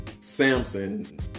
Samson